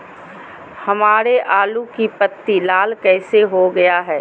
हमारे आलू की पत्ती लाल कैसे हो गया है?